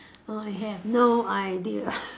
I have no idea